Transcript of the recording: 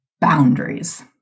boundaries